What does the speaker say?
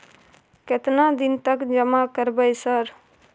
केतना दिन तक जमा करबै सर?